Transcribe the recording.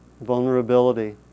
Vulnerability